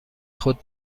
خود